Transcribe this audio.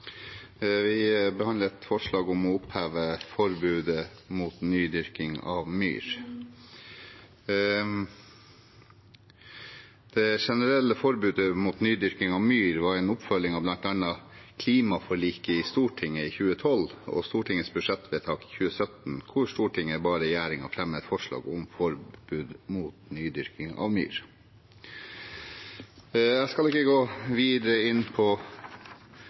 Vi behandler et forslag om å oppheve forbudet mot nydyrking av myr. Det generelle forbudet mot nydyrking av myr var en oppfølging av bl.a. klimaforliket i Stortinget i 2012 og Stortingets budsjettvedtak i 2017, hvor Stortinget ba regjeringen fremme et forslag om forbud mot nydyrking av myr. Jeg skal ikke gå videre inn på